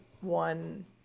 one